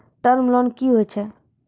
Term loan कि होय छै?